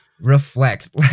reflect